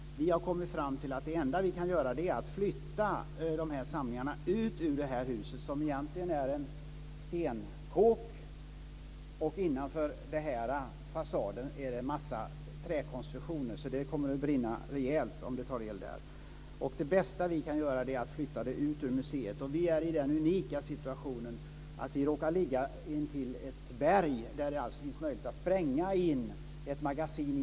Vi har kommit fram till att det enda vi kan göra är att flytta samlingarna ut ur huset, som egentligen är en stenkåk. Innanför fasaden finns det dock en massa träkonstruktioner, så det kommer att brinna rejält om det tar eld där. Det bästa vi kan göra är att flytta sakerna ut ur museet. Nu är vi i den unika situationen att vi råkar ligga intill ett berg, där det alltså finns möjlighet att spränga in ett magasin.